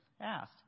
asked